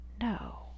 No